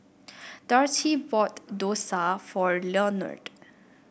Darci bought dosa for Lenord